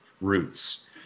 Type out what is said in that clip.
roots